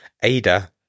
ada